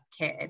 kid